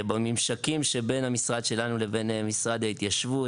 בממשקים שבין המשרד שלנו לבין משרד ההתיישבות,